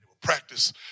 practice